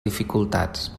dificultats